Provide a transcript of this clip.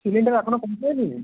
cylinder এখনও পৌঁছয়নি